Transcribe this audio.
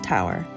Tower